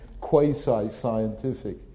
quasi-scientific